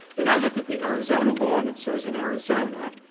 then i look at the arizona law and it says in arizona,